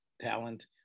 talent